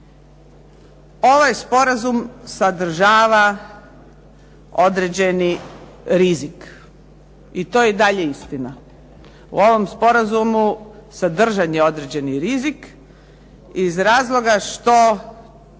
ovaj sporazum sadržava određeni rizik, i to je i dalje istina. U ovom sporazumu sadržan je određeni rizik, iz razloga što